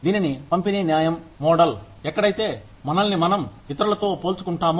దీనిని పంపిణీ న్యాయం మోడల్ ఎక్కడైతే మనల్ని మనం ఇతరులతో పోల్చుకుంటామో